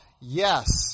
Yes